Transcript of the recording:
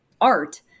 art